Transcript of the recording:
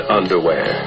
underwear